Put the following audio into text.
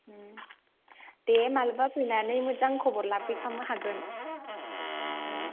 दे मालाबा फैनानै मोजां खबर लाफैखावनो हागोन